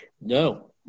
No